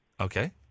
Okay